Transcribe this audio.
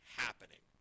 happening